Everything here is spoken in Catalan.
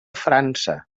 frança